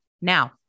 Now